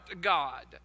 God